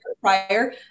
prior